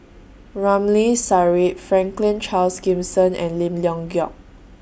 Ramli Sarip Franklin Charles Gimson and Lim Leong Geok